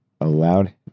allowed